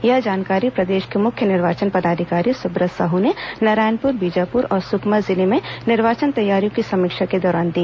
यह जानकारी प्रदेश के मुख्य निर्वाचन पदाधिकारी सुब्रत साहू ने नारायणपुर बीजापुर और सुकमा जिले में निर्वाचन तैयारियों की समीक्षा के दौरान दी